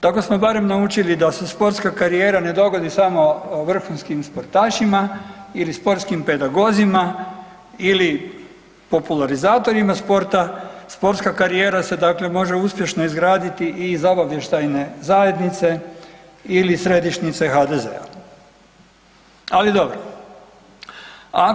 Tako smo barem naučili da se sportska karijera ne dogodi samo vrhunskim sportašima ili sportskim pedagozima ili popularizatorima sporta, sportska karijera se dakle može uspješno izgraditi iz obavještajne zajednice ili središnjice HDZ-a, ali dobro.